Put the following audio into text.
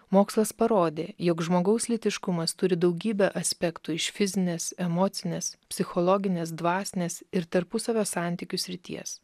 mokslas parodė jog žmogaus lytiškumas turi daugybę aspektų iš fizinės emocinės psichologinės dvasinės ir tarpusavio santykių srities